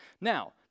Now